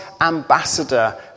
ambassador